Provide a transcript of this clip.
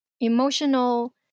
emotional